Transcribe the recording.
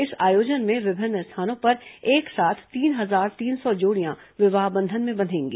इस आयोजन में विभिन्न स्थानों पर एक साथ तीन हजार तीन सौ जोड़ियां विवाह बंधन में बंधेगी